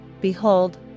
behold